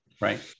Right